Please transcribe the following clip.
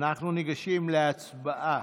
אנחנו ניגשים להצבעה.